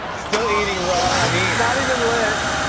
still eating raw meat. not even lit.